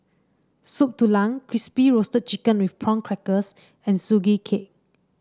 Soup Tulang Crispy Roasted Chicken with Prawn Crackers and Sugee Cake